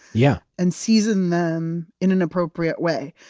yeah and season them in an appropriate way.